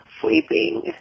sleeping